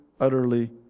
utterly